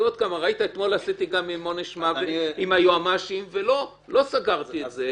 ראית אתמול עשיתי גם עם עונש מוות עם היועמ"שים ולא סגרתי את זה.